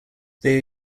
they